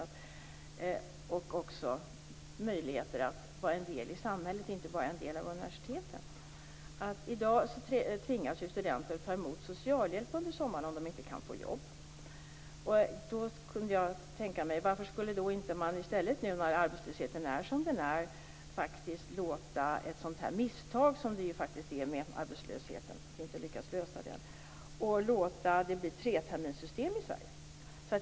Det gäller också deras möjligheter att vara en del av samhället, och inte bara av universiteten. I dag tvingas studenter att ta emot socialhjälp under sommaren om de inte kan få jobb. Jag undrar varför man inte i stället - nu när arbetslösheten är som den är - kan låta det misstag som det är att man inte lyckats minska arbetslösheten leda till att man inför treterminssystem i Sverige.